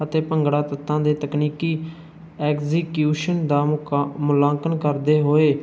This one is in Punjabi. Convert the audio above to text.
ਅਤੇ ਭੰਗੜਾ ਤੱਤਾਂ ਦੇ ਤਕਨੀਕੀ ਐਗਜੀਕਿਊਸ਼ਨ ਦਾ ਮੁਕ ਮੂਲਾਂਕਨ ਕਰਦੇ ਹੋਏ